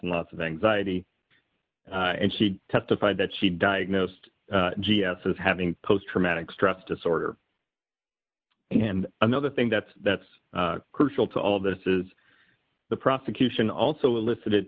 and lots of anxiety and she testified that she diagnosed g s as having post traumatic stress disorder and another thing that's that's crucial to all this is the prosecution also elicited